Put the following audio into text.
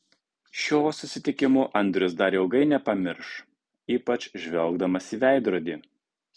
šio susitikimo andrius dar ilgai nepamirš ypač žvelgdamas į veidrodį